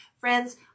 Friends